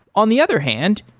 on the other hand,